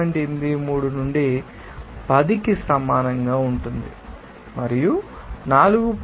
83 నుండి 10 కి సమానంగా ఉంటుంది మరియు 4